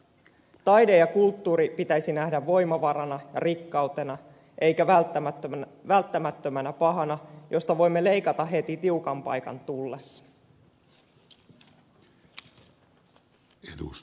taide ja kulttuuri pitäisi nähdä voimavarana ja rikkautena eikä välttämättömänä pahana josta voimme leikata heti tiukan paikan tullessa